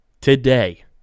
today